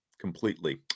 completely